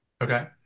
Okay